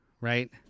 right